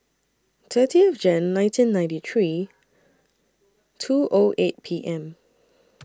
thirtieth Jan nineteen ninety three two O eight P M